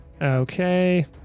Okay